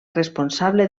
responsable